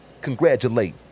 Congratulate